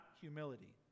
humility